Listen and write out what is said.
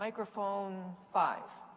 microphone five.